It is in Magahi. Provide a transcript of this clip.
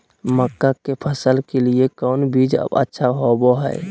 मक्का के फसल के लिए कौन बीज अच्छा होबो हाय?